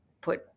put